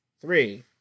Three